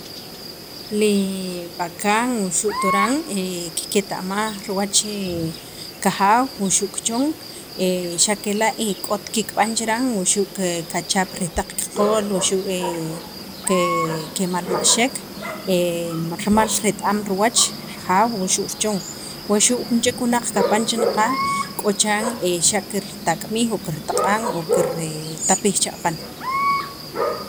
li b'akan wuxu' toran kiketa'maj kiwach kijaaw wuxu' kichon xa' kela' k'ot kikb'an chikyan wuxu' kachap riij taq kiqol wuxu' kimalmaxek rimal ket- am riwach rajaw wuxu' richon wuxu' jun chek wunaq kapan chi naqaj k'o chiran xa' kirtaq'mik o kirtaq'an o kirtapij che aqan